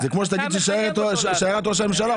זה כמו שתגיד ששיירת ראש הממשלה,